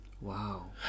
Wow